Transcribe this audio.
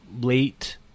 late